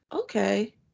okay